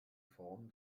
form